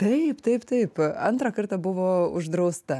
taip taip taip antrą kartą buvo uždrausta